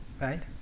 right